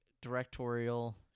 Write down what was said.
directorial